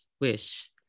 wish